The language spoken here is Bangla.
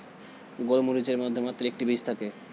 গোলমরিচের মধ্যে মাত্র একটি বীজ থাকে